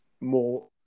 more